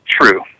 true